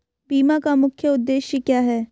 बीमा का मुख्य उद्देश्य क्या है?